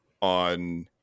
on